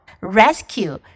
Rescue